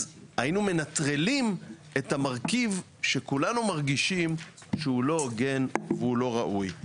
אז היינו מנטרלים את המרכיב שכולנו מרגישים שהוא לא הוגן ולא ראוי.